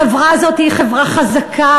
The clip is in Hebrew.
החברה הזאת היא חברה חזקה,